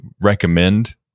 recommend